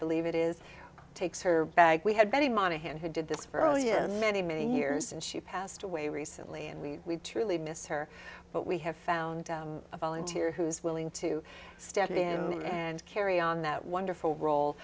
believe it is takes her bag we had many monahan who did this for only a many many years and she passed away recently and we truly miss her but we have found a volunteer who is willing to step in and carry on that wonderful role